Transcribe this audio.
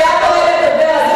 אתה מייד תעלה לדבר,